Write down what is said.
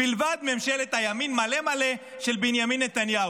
מלבד ממשלת הימין מלא מלא של בנימין נתניהו.